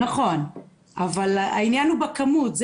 נכון, אבל העניין הוא בכמות.